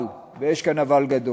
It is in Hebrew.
אבל, ויש כאן אבל גדול,